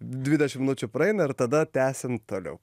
dvidešim minučių praeina ir tada tęsiam toliau